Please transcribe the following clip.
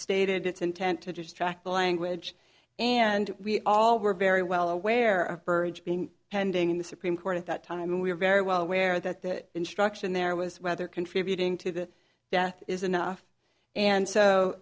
stated its intent to distract the language and we all were very well aware of birds being pending in the supreme court at that time and we were very well aware that that instruction there was whether contributing to the death is enough and so